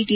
T